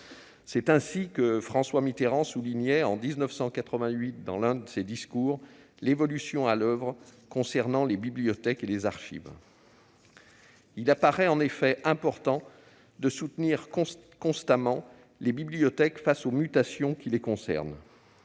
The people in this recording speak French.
C'est ainsi que François Mitterrand soulignait en 1988, dans l'un de ses discours, l'évolution à l'oeuvre concernant les bibliothèques et les archives. Il apparaît en effet important de soutenir constamment les bibliothèques face aux mutations qui les concernent.